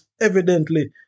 evidently